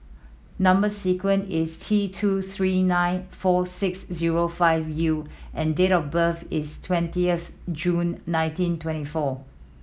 number sequence is T two three nine four six zero five U and date of birth is twentieth June nineteen twenty four